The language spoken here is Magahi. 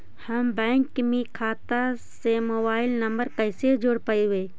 हम बैंक में खाता से मोबाईल नंबर कैसे जोड़ रोपबै?